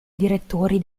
direttori